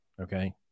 Okay